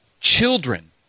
Children